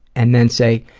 and then say,